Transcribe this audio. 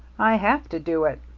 i have to do it.